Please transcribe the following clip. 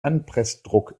anpressdruck